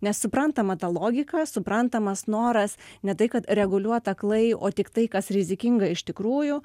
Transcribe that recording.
nes suprantama ta logika suprantamas noras ne tai kad reguliuot aklai o tik tai kas rizikinga iš tikrųjų